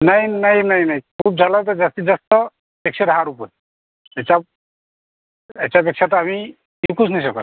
नाही नाही नाही नाही खूप झालं तर जास्तीतजास्त एकशे दहा रुपये त्याच्या याच्यापेक्षा तर आम्ही विकूच नाही शकत